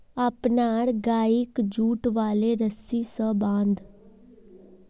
अपनार गइक जुट वाले रस्सी स बांध